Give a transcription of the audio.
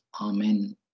Amen